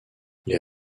les